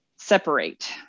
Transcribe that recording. separate